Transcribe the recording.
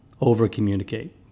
over-communicate